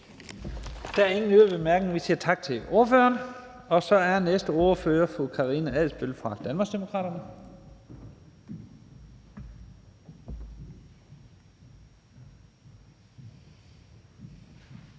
Der er ingen korte bemærkninger. Vi siger tak til ordføreren. Og så er den næste ordfører fru Karina Adsbøl fra Danmarksdemokraterne.